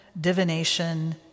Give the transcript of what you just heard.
divination